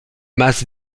masse